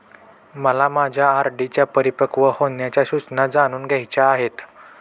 मला माझ्या आर.डी च्या परिपक्व होण्याच्या सूचना जाणून घ्यायच्या आहेत